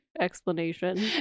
explanation